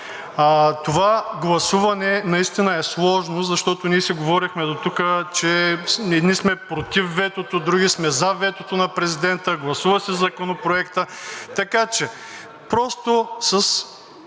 Това гласуване наистина е сложно, защото ние си говорихме дотук, че едни сме против ветото, други сме за ветото на Президента, гласува се Законопроектът.